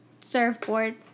surfboard